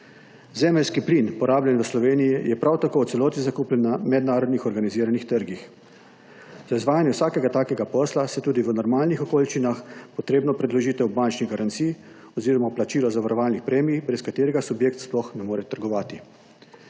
Zemeljski plin, porabljen v Sloveniji, je prav tako v celoti zakupljen na mednarodnih organiziranih trgih. Za izvajanje vsakega takega posla je tudi v normalnih okoliščinah potrebna predložitev bančnih garancij oziroma vplačila zavarovalnih premij, brez katerega subjekt sploh ne more trgovati.